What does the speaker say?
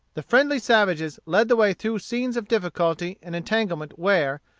the friendly savages led the way through scenes of difficulty and entanglement where,